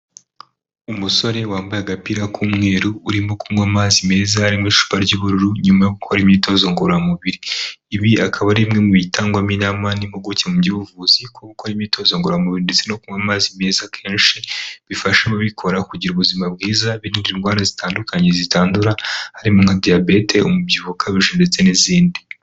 Umusore wambaye agapira k'umweru urimo kunywa amazi meza ari mu icupa ry'ubururu, nyuma yo gukora imyitozo ngororamubiri. Ibi akaba ari bimwe mu bitangwamo inama n'impuguke mu by'ubuvuzi, kuko gukora imyitozo ngoramubiri ndetse no kunywa amazi meza kenshi, bifasha ababikora kugira ubuzima bwiza birinda indwara zitandukanye zitandura harimo nka: diyabete, umubyibuho ukabije ndetse n'izindi.